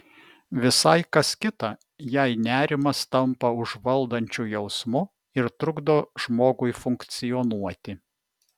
visai kas kita jei nerimas tampa užvaldančiu jausmu ir trukdo žmogui funkcionuoti